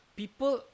people